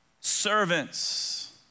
servants